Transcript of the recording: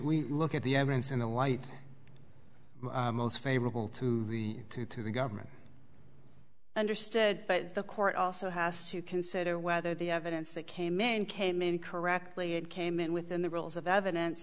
we look at the evidence in the light most favorable to the two to the government understood but the court also has to consider whether the evidence that came in came in correctly it came in within the rules of evidence